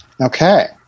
Okay